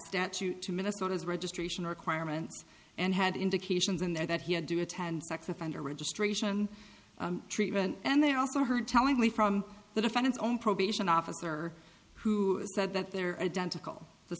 statute to minnesota's registration requirements and had indications in there that he had do attend sex offender registration treatment and they also heard tellingly from the defendant's own probation officer who said that they're